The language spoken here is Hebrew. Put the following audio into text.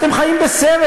אתם חיים בסרט.